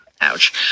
Ouch